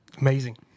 Amazing